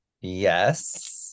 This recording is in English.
Yes